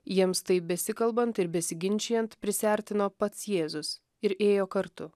jiems taip besikalbant ir besiginčijant prisiartino pats jėzus ir ėjo kartu